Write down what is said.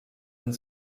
und